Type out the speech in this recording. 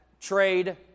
trade